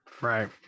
Right